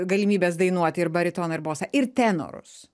galimybes dainuoti ir baritoną ir bosą ir tenorus